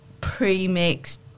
pre-mixed